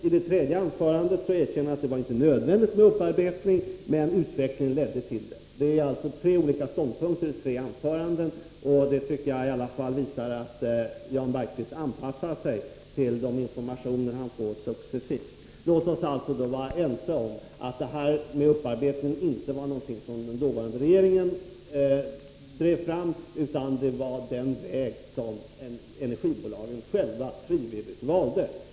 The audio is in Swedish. I det tredje anförandet erkände han att det inte var nödvändigt med upparbetning, utan utvecklingen ledde till detta. Det är alltså fråga om tre olika ståndpunkter i de tre anförandena. Det tycker jag visar att Jan Bergqvist i alla fall anpassar sig till de informationer han successivt får. Låt oss alltså vara ense om att upparbetning inte var någonting som den dåvarande regeringen drev fram, utan det var den väg som energibolagen själva frivilligt valde.